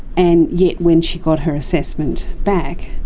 and yet when she got her assessment back,